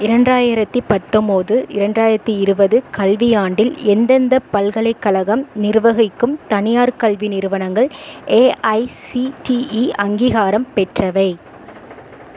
இரண்டாயிரத்தி பத்தம்போது இரண்டாயிரத்தி இருபது கல்வியாண்டில் எந்தெந்த பல்கலைக்கழகம் நிர்வகிக்கும் தனியார் கல்வி நிறுவனங்கள் ஏஐசிடிஇ அங்கீகாரம் பெற்றவை